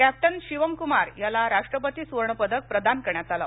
captain Shivam Kumar याला राष्ट्रीपती सुवर्ण पदक प्रदान करण्यात आल